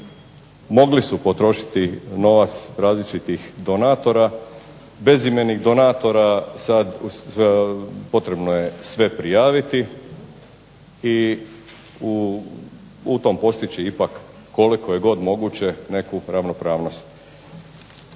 mogli su potrošiti novac različitih donatora, bezimenih donatora, potrebno je sve prijaviti i u tome postići ipak koliko je moguće neku ravnopravnost.